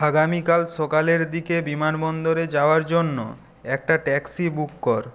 আগামীকাল সকালের দিকে বিমানবন্দরে যাওয়ার জন্য একটা ট্যাক্সি বুক কর